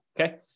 okay